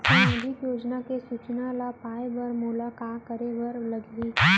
सामाजिक योजना के सूचना ल पाए बर मोला का करे बर लागही?